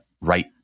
right